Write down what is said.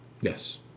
Yes